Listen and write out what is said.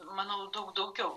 manau daug daugiau